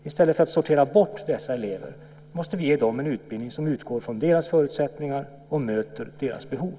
I stället för att sortera bort dessa elever, måste vi ge dem en utbildning som utgår från deras förutsättningar och möter deras behov.